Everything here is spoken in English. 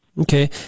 Okay